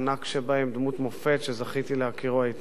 דמות מופת, וזכיתי להכירו היטב.